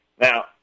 Now